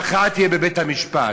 וההכרעה תהיה בבית-המשפט.